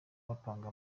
bapanga